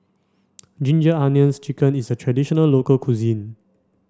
ginger onions chicken is a traditional local cuisine